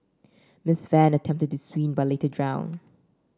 Miss Fan attempted to swim but later drowned